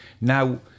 Now